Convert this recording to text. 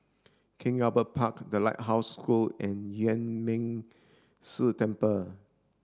King Albert Park The Lighthouse School and Yuan Ming Si Temple